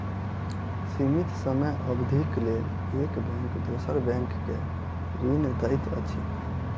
सीमित समय अवधिक लेल एक बैंक दोसर बैंक के ऋण दैत अछि